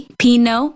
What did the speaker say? pino